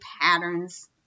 patterns